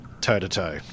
toe-to-toe